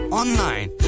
online